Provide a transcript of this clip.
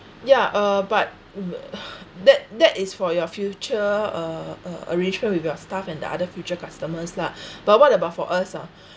ya uh but that uh that that is for your future uh uh arrangement with your staff and the other future customers lah but what about for us lah